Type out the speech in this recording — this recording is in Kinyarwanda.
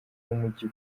n’umujyi